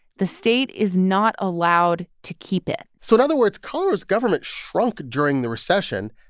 the state is not allowed to keep it so in other words, colorado's government shrunk during the recession,